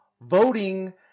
voting